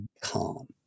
calm